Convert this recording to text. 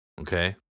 Okay